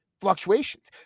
fluctuations